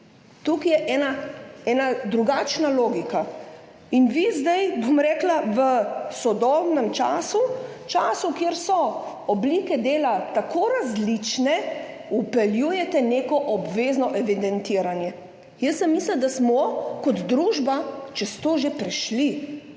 Tukaj je ena drugačna logika in vi zdaj v sodobnem času, v času, kjer so oblike dela tako različne, vpeljujete neko obvezno evidentiranje. Jaz sem mislila, da smo kot družba že šli